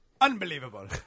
Unbelievable